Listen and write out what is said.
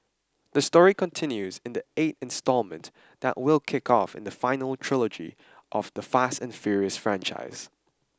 the story continues in the eight instalment that will kick off in the final trilogy of the fast and furious franchise